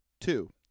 two